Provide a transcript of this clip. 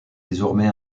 désormais